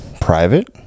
private